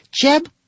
Jeb